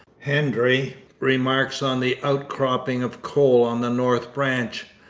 hendry remarks on the outcropping of coal on the north branch.